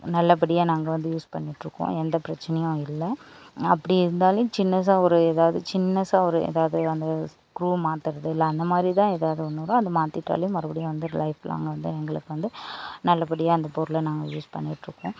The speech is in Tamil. நல்லபடியா நாங்கள் வந்து யூஸ் பண்ணிட்டுருக்கோம் எந்த பிரச்சினையும் இல்லை அப்படி இருந்தாலேயும் சின்னசா ஒரு ஏதாவது சின்னசா ஒரு ஏதாவது அந்த ஸ்க்ரூ மாற்றுறது இல்லை அந்தமாதிரி தான் ஏதாவது ஒன்னு வரும் அது மாற்றிட்டாலும் மறுபடியும் வந்து லைஃப் லாங் வந்து எங்களுக்கு வந்து நல்லபடியா அந்த பொருளை நாங்கள் யூஸ் பண்ணிட்டுருக்கோம்